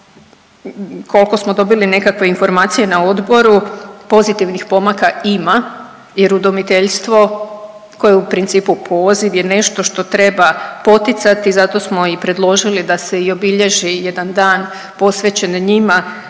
kolko smo dobili nekakve informacije na odboru pozitivnih pomaka ima jer udomiteljstvo koje je u principu poziv je nešto što treba poticati, zato smo i predložili da se i obilježi jedan dan posvećen njima